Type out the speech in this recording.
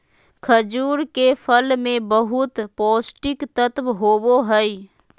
खजूर के फल मे बहुत पोष्टिक तत्व होबो हइ